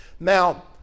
Now